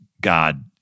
God